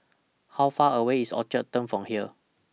How Far away IS Orchard Turn from here